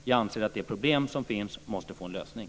Jag anser att de problem som finns måste få en lösning.